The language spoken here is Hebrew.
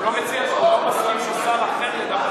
הוא לא מסכים ששר אחר ידבר.